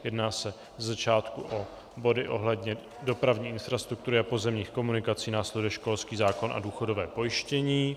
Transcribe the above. Jedná se ze začátku o body ohledně dopravní infrastruktury a pozemních komunikací, následuje školský zákon a důchodové pojištění.